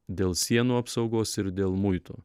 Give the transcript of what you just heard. dėl sienų apsaugos ir dėl muitų